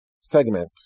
segment